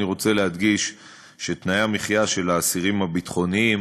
אני רוצה להדגיש שתנאי המחיה של האסירים הביטחוניים